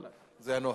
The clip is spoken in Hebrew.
אבל זה הנוהל.